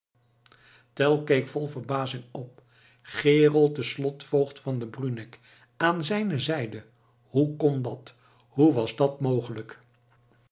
keek vol verbazing op gerold de slotvoogd van den bruneck aan zijne zijde hoe kon dat hoe was dat mogelijk